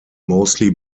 mostly